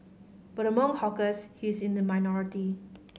but among hawkers he is in the minority